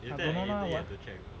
I don't know !huh! what